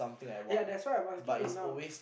ya that's why I must do it now